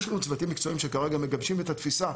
יש לנו צוותים מקצועיים שכרגע מגבשים את התפיסה,